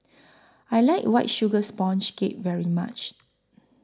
I like White Sugar Sponge Cake very much